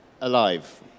alive